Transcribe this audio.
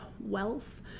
wealth